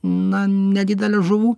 na nedidelė žuvų